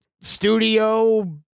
Studio